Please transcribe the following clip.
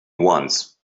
once